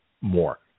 more